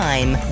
Time